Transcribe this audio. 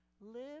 Live